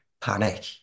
panic